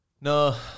No